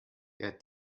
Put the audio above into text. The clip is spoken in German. der